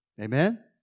Amen